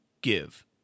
Give